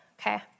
okay